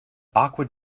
awkward